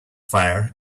fire